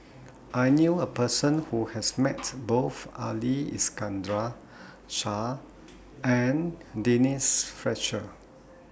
I knew A Person Who has Met Both Ali Iskandar Shah and Denise Fletcher